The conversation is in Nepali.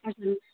हजुर